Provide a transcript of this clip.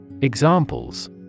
Examples